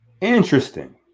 interesting